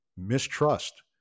mistrust